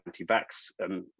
anti-vax